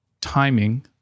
timing